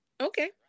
Okay